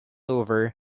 over